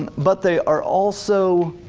and but they are also,